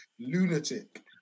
Lunatic